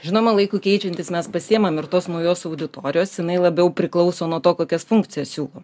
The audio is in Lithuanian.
žinoma laiku keičiantis mes pasiimam ir tos naujos auditorijos jinai labiau priklauso nuo to kokias funkcijas siūlom